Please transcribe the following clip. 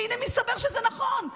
והינה, מסתבר שזה נכון.